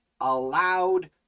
allowed